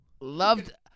Loved